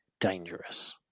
dangerous